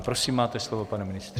Prosím, máte slovo, pane ministře.